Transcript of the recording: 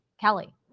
Kelly